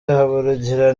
habarugira